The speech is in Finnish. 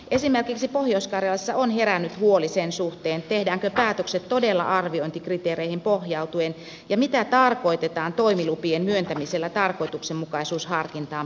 esimerkiksi pohjois karjalassa on herännyt huoli sen suhteen tehdäänkö päätökset todella arviointikriteereihin pohjautuen ja mitä tarkoitetaan toimilupien myöntämisellä tarkoituksenmukaisuusharkintaan perustuen